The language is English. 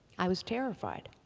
i was terrified.